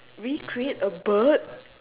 recreate a bird